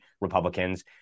Republicans